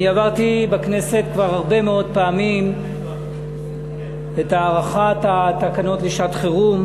אני עברתי בכנסת כבר הרבה מאוד פעמים את הארכת התקנות לשעת-חירום.